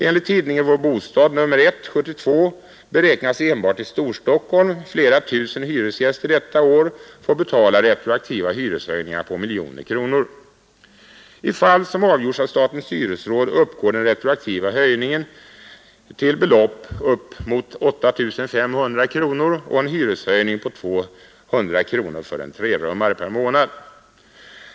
Enligt tidningen Vår Bostad nr 1 1972 beräknas enbart i Storstockholm flera tusen hyresgäster detta år få betala retroaktiva hyreshöjningar på miljoner kronor. I fall som avgjorts av statens hyresråd uppgår den retroaktiva höjningen till belopp upp emot 8 500 kronor och en hyreshöjning på 200 kronor per månad för en trerummare.